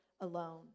alone